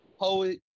poet